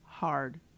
Hard